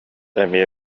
эмиэ